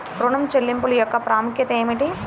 ఋణ చెల్లింపుల యొక్క ప్రాముఖ్యత ఏమిటీ?